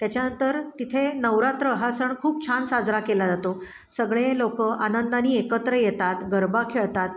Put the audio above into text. त्याच्यानंतर तिथे नवरात्र हा सण खूप छान साजरा केला जातो सगळे लोकं आनंदाने एकत्र येतात गरबा खेळतात